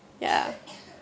ya